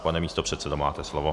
Pane místopředsedo, máte slovo.